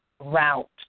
route